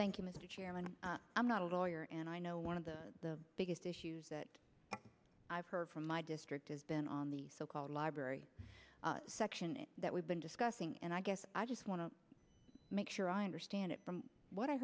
you mr chairman i'm not a lawyer and i know one of the biggest issues that i've heard from my district has been on the so called library section that we've been discussing and i guess i just want to make sure i understand it from what i